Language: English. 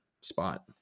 spot